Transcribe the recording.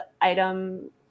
item